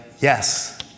yes